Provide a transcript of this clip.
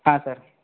ಹಾಂ ಸರ್